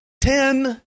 ten